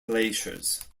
glaciers